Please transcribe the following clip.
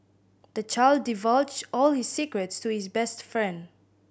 the child divulged all his secrets to his best friend